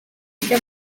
buryo